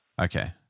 Okay